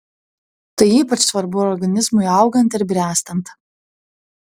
tai ypač svarbu organizmui augant ir bręstant